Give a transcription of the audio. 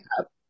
up